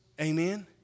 amen